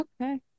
Okay